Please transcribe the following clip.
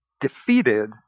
defeated